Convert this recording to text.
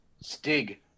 Stig